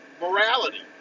Morality